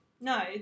No